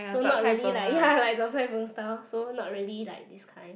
so not really like ya like chap chye png style so not really like this kind